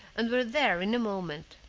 and were there in a moment.